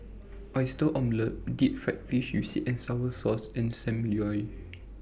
Oyster Omelette Deep Fried Fish with Sweet and Sour Sauce and SAM Lau